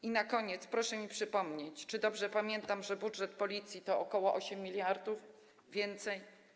I na koniec: proszę mi przypomnieć, czy dobrze pamiętam, że budżet Policji to około 8 mld więcej.